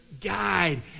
guide